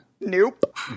Nope